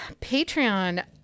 patreon